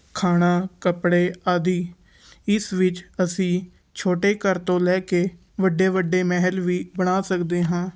ਖਾਣਾ ਕੱਪੜੇ ਆਦਿ ਇਸ ਵਿੱਚ ਅਸੀਂ ਛੋਟੇ ਘਰ ਤੋਂ ਲੈ ਕੇ ਵੱਡੇ ਵੱਡੇ ਮਹਿਲ ਵੀ ਬਣਾ ਸਕਦੇ ਹਾਂ